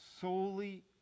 solely